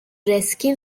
rescue